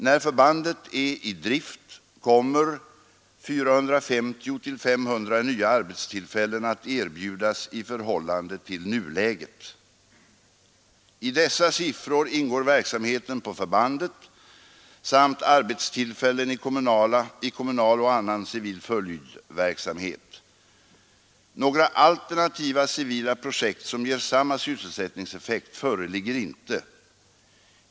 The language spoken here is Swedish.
När förbandet är i drift kommer 450 till 500 nya arbetstillfällen att erbjudas i förhållande till nuläget. I dessa siffror ingår verksamheten på förbandet samt arbetstillfällen i kommunal och annan civil följdverksamhet. Några alternativa civila projekt som ger samma sysselsättningseffekt föreligger inte.